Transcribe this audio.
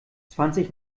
zwanzig